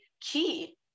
key